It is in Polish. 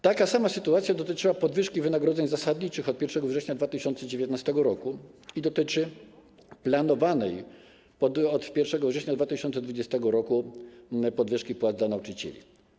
Taka sama sytuacja dotyczyła podwyżki wynagrodzeń zasadniczych od 1 września 2019 r. i dotyczy planowanej od 1 września 2020 r. podwyżki płac dla nauczycieli.